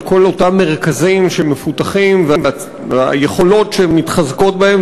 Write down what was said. לכל אותם מרכזים שמפותחים והיכולות שמתחזקות בהם,